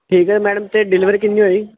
ਠੀਕ ਹੈ ਮੈਡਮ ਅਤੇ ਡਿਲੀਵਰੀ ਕਿੰਨੀ ਹੋਈ